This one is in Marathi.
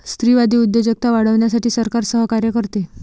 स्त्रीवादी उद्योजकता वाढवण्यासाठी सरकार सहकार्य करते